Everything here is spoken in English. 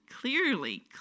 clearly